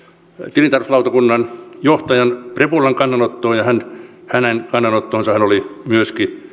tilintarkastuslautakunnan johtajan prepulan kannanottoon ja hänen kannanottonsahan oli myöskin